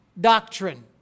doctrine